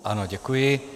Ano, děkuji.